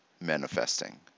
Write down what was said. manifesting